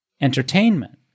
Entertainment